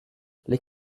les